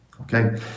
Okay